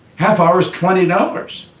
half hour is twenty dollars.